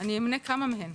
אני אמנה כמה מהם,